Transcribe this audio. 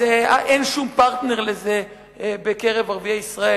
אז אין שום פרטנר לזה בקרב ערביי ישראל.